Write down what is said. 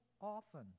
often